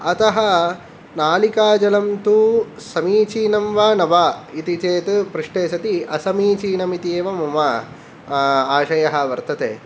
अतः नालिकाजलं तु समीचिनं वा न वा इति चेत् पृष्टे सति असमीचीनम् इति एव मम आशयः वर्तते